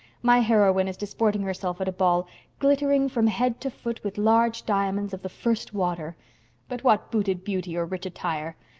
my heroine is disporting herself at a ball glittering from head to foot with large diamonds of the first water but what booted beauty or rich attire?